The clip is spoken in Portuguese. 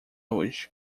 hoje